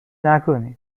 نکنین